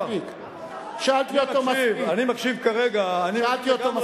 אני שאלתי אותו מספיק,